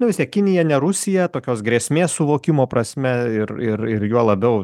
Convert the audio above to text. nu vis tiek kinija ne rusija tokios grėsmės suvokimo prasme ir ir ir juo labiau